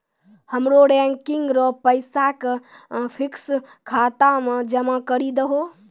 हमरो रेकरिंग रो पैसा के फिक्स्ड खाता मे जमा करी दहो